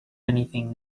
anything